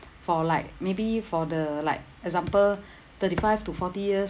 for like maybe for the like example thirty five to forty years